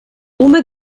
uma